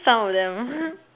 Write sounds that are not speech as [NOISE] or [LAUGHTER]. some of them [LAUGHS]